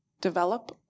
develop